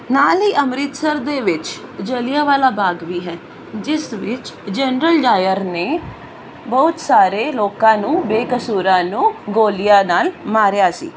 ਨਾਲ ਹੀ ਅੰਮ੍ਰਿਤਸਰ ਦੇ ਵਿੱਚ ਜਲਿਆਂਵਾਲਾ ਬਾਗ ਵੀ ਹੈ ਜਿਸ ਵਿੱਚ ਜਨਰਲ ਡਾਇਰ ਨੇ ਬਹੁਤ ਸਾਰੇ ਲੋਕਾਂ ਨੂੰ ਬੇਕਸੂਰਾਂ ਨੂੰ ਗੋਲੀਆਂ ਨਾਲ ਮਾਰਿਆ ਸੀ